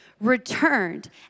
returned